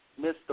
Mr